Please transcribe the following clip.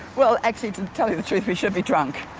well actually to tell you the truth we should be drunk,